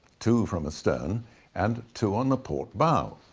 two from astern and two on the port bow.